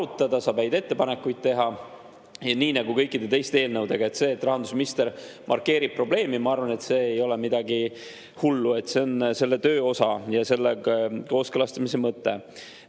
saab häid ettepanekuid teha, nii nagu kõikide teiste eelnõude puhul. See, et rahandusminister markeerib probleemi, ma arvan, ei ole midagi hullu. See on selle töö osa ja kooskõlastamise mõte.